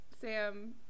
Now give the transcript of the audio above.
sam